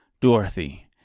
Dorothy